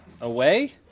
Away